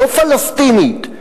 לא פלסטינית.